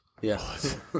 Yes